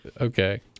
Okay